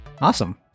Awesome